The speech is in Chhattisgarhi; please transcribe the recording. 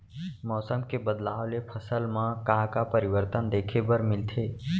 मौसम के बदलाव ले फसल मा का का परिवर्तन देखे बर मिलथे?